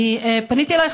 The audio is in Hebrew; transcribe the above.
אני פניתי אלייך,